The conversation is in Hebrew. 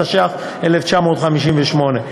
התשי"ח 1958,